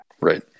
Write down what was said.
Right